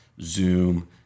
Zoom